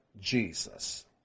Jesus